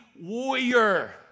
warrior